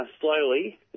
slowly